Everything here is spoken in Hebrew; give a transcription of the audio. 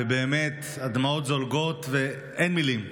הדמעות זולגות ואין מילים.